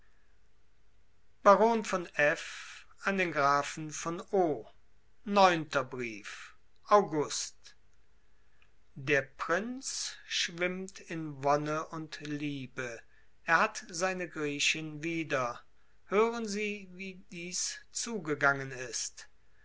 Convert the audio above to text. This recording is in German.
baron von f an den grafen von o neunter brief august der prinz schwimmt in wonne und liebe er hat seine griechin wieder hören sie wie dies zugegangen ist